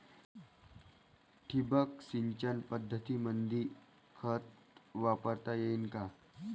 ठिबक सिंचन पद्धतीमंदी खत वापरता येईन का?